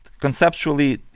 conceptually